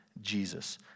Jesus